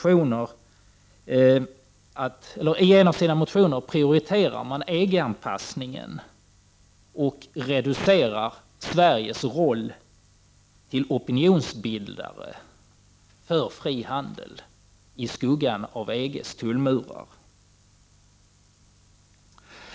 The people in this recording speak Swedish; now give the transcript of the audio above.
I en motion prioriteras EG-anpassningen, och Sveriges roll reduceras till opinionsbildare för fri handel i skuggan av EG:s tullmurar.